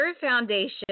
Foundation